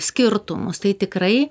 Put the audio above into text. skirtumus tai tikrai